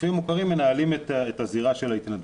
הגופים המוכרים מנהלים את הזירה של ההתנדבות.